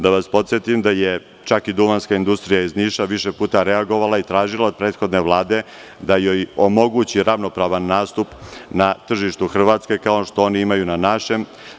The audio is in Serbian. Da vas podsetim, Duvanska industrija iz Niša više puta je reagovala i tražila od prethodne Vlade da joj omogući ravnopravan nastup na tržištu hrvatske, kao što oni imaju na našem.